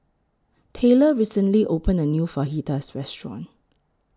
Tayla recently opened A New Fajitas Restaurant